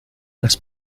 las